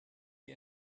die